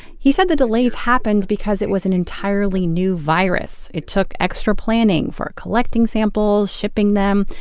he said the delays happened because it was an entirely new virus. it took extra planning for collecting samples, shipping them,